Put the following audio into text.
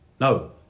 no